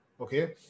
Okay